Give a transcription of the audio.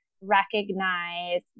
recognize